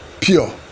Pure